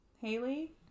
Haley